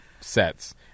sets